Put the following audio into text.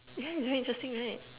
yeah it's very interesting right